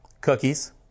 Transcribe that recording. cookies